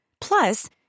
Plus